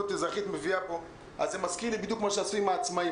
האזרחית מביאה פה זה מזכיר לי בדיוק מה שעשו עם העצמאיים.